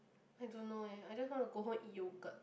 I don't know eh I just want to go home eat yogurt